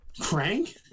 Crank